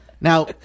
Now